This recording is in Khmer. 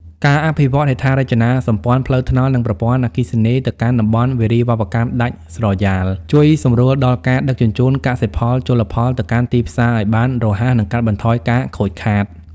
ការអភិវឌ្ឍហេដ្ឋារចនាសម្ព័ន្ធផ្លូវថ្នល់ និងប្រព័ន្ធអគ្គិសនីទៅកាន់តំបន់វារីវប្បកម្មដាច់ស្រយាល ជួយសម្រួលដល់ការដឹកជញ្ជូនកសិផលជលផលទៅកាន់ទីផ្សារឱ្យបានរហ័ស និងកាត់បន្ថយការខូចខាត។